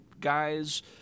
guys